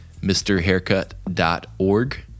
MrHaircut.org